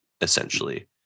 essentially